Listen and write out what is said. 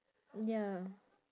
ya